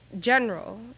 general